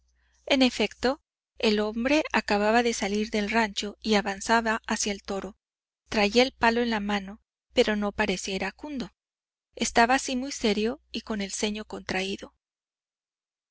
en efecto el hombre acababa de salir del rancho y avanzaba hacia el toro traía el palo en la mano pero no parecía iracundo estaba sí muy serio y con el ceño contraído